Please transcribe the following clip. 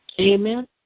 Amen